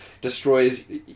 destroys